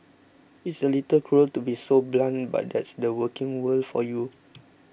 it's a little cruel to be so blunt but that's the working world for you